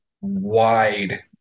wide